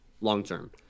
long-term